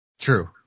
True